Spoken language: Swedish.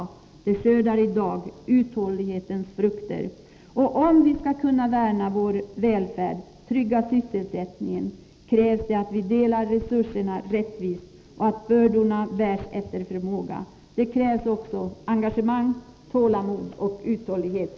Det skördar i dag uthållighetens frukter. Om vi skall kunna värna vår välfärd och trygga sysselsättningen, krävs att vi delar resurserna rättvist och att bördorna bärs efter förmåga. Det krävs också engagemang, tålamod och uthållighet.